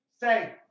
say